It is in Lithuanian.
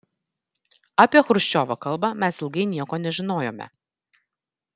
apie chruščiovo kalbą mes ilgai nieko nežinojome